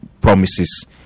promises